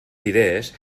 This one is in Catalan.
idees